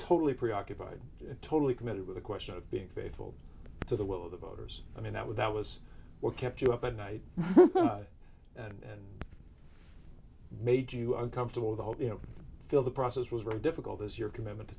totally preoccupied totally committed with the question of being faithful to the will of the voters i mean that was that was what kept you up at night and made you uncomfortable the whole you know feel the process was very difficult as your commitment to